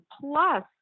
plus